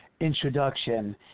introduction